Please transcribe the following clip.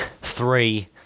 Three